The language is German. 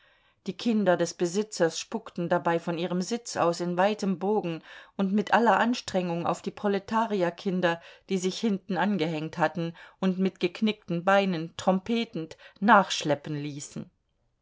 die kinder des besitzers spuckten dabei von ihrem sitz aus in weitem bogen und mit aller anstrengung auf die proletarierkinder die sich hinten angehängt hatten und mit geknickten beinen trompetend nachschleppen ließen